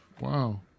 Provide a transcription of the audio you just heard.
Wow